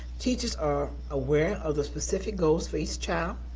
teachers are aware of the specific goals for each child.